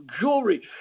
jewelry